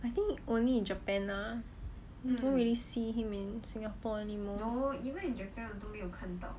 I think only in japan ah I don't really see him in singapore anymore